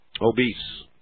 obese